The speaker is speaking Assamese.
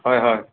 হয় হয়